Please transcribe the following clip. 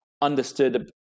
understood